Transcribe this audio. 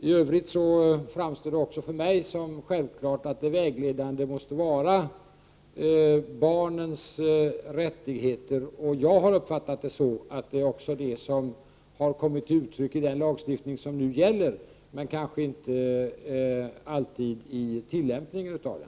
I övrigt framstår det också för mig som självklart att det vägledande måste vara barnens rättigheter. Jag har uppfattat det så att det också är detta som kommer till uttryck i den lagstiftning som nu gäller, men kanske inte alltid i tillämpningen av den.